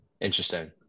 Interesting